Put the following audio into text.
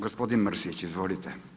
Gospodin Mrsić, izvolite.